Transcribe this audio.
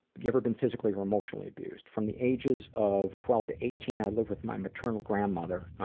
you ever been physically or emotionally abused? from the ages of twelve to eighteen, i lived with my maternal grandmother.